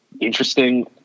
interesting